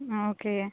okay